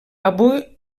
avui